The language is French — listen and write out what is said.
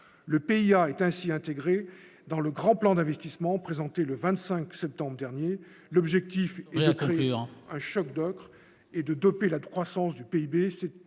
le pays a été ainsi intégrés dans le grand plan d'investissement présenté le 25 septembre dernier l'objectif. Le crurent. Un choc ocre et de doper la croissance du PIB,